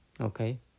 Okay